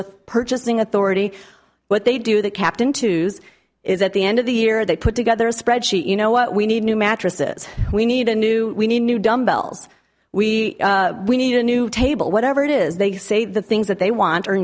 with purchasing authority what they do the captain to say is at the end of the year they put together a spreadsheet you know what we need new mattresses we need a new we need new dumbbells we we need a new table whatever it is they say the things that they want or